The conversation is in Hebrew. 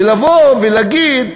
לבוא ולהגיד,